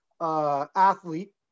athlete